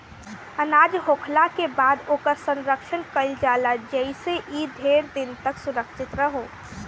अनाज होखला के बाद ओकर संरक्षण कईल जाला जेइसे इ ढेर दिन तक सुरक्षित रहो